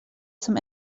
zum